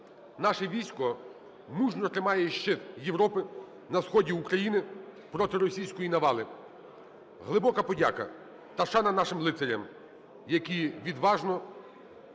наше військо мужньо тримає щит Європи на сході України проти російської навали. Глибока подяка та шана нашим лицарям, які відважно